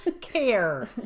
care